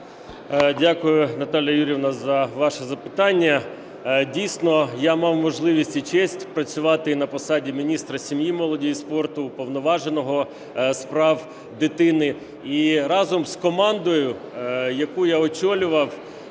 Дякую, Наталія Юріївна, за ваше запитання. Дійсно, я мав можливість і честь працювати на посаді міністра сім'ї, молоді і спорту, Уповноваженого з прав дитини. І разом з командою, яку я очолював,